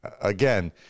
again